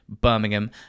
Birmingham